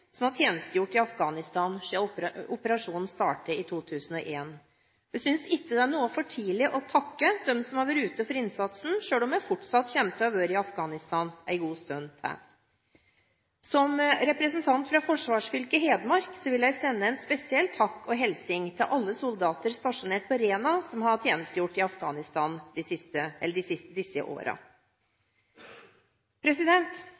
som har tjenestegjort i Afghanistan siden operasjonen startet i 2001. Jeg synes ikke det er noe for tidlig å takke dem som har vært med på innsatsen, selv om vi fortsatt kommer til å være i Afghanistan en god stund til. Som representant fra forsvarsfylket Hedmark vil jeg sende en spesiell takk og hilsen til alle soldatene stasjonert på Rena som har tjenestegjort i Afghanistan i disse